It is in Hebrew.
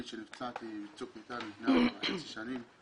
אני נפצעתי בצוק איתן לפני ארבע שנים וחצי.